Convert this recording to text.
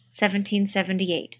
1778